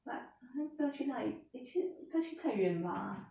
but I think 不要去那里 eh 其实不要去太远吧